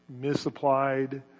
misapplied